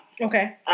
Okay